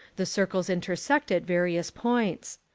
the circles intersect at various points.